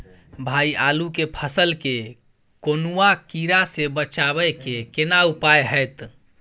भाई आलू के फसल के कौनुआ कीरा से बचाबै के केना उपाय हैयत?